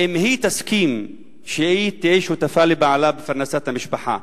אם היא תסכים להיות שותפה לבעלה בפרנסת המשפחה.